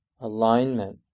alignment